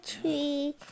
tree